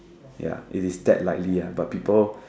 ya it is that likely ah but people